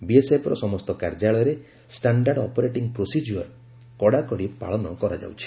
ବିଏସ୍ଏଫ୍ର ସମସ୍ତ କାର୍ଯ୍ୟାଳୟରେ standard operating procedure କଡ଼ାକଡ଼ି ପାଳନ କରାଯାଉଛି